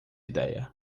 ideia